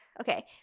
Okay